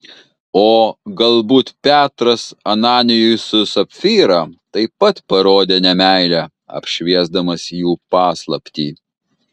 o galbūt petras ananijui su sapfyra taip pat parodė nemeilę apšviesdamas jų paslaptį